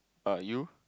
are you